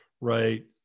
right